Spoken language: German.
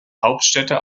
hauptstädte